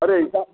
अरे ऐसा